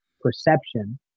perception